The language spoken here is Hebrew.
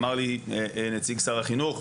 אמר לי נציג שר החינוך,